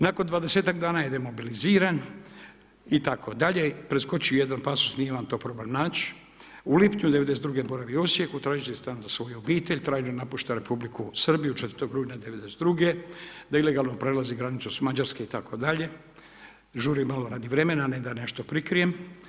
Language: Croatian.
Nakon 20-tak dana je demobiliziran itd. preskočiti ću jedan pasos, nije vam to problem način, u lipnju '92. boravi u Osijeku tražeći stan za svoju obitelj, trajno napušta Republika Srbiju 4. rujna '92. gdje ilegalno prelazi granicu s Mađarske itd. žurim malo radi vremena, a ne da nešto prikrijem.